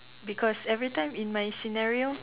because every time in my scenario